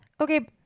Okay